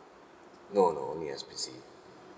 no no only S_P_C